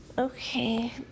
Okay